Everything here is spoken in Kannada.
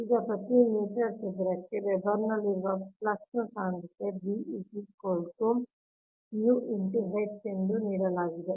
ಈಗ ಪ್ರತಿ ಮೀಟರ್ ಚದರಕ್ಕೆ ವೆಬರ್ನಲ್ಲಿರುವ ಫ್ಲಕ್ಸ್ ಸಾಂದ್ರತೆ ಎಂದು ನೀಡಲಾಗಿದೆ